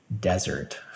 desert